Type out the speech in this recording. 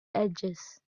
edges